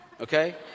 okay